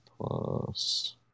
plus